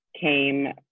came